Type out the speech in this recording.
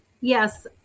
Yes